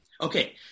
Okay